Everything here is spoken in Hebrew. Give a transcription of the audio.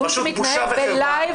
הדיון מתקיים ב live,